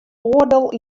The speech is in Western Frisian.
oardel